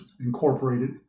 incorporated